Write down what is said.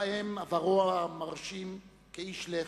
ובהם עברו המרשים כאיש לח"י,